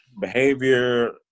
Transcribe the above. behavior